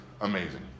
amazing